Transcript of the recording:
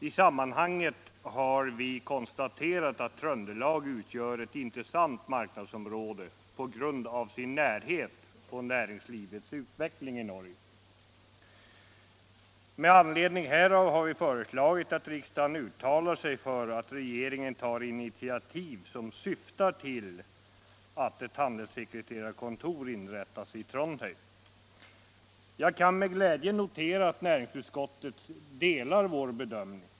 I det sammanhanget har vi konstaterat att Tröndelagsområdena genom sin närhet utgör ett mycket intressant marknadsområde, speciellt mot bakgrund av den utveckling av näringslivet i Norge som kan tänkas ske. Med anledning härav har vi föreslagit att riksdagen hos regeringen begär initiativ som syftar till att ett marknadssekreterarekontor inrättas i Trondheim. Jag noterar med glädje att näringsutskottet delar denna vår bedömning.